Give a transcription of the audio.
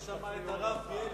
יש שם את הרב בילסקי.